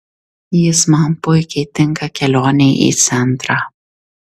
jis man puikiai tinka kelionei į centrą